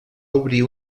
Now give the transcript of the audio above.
obrir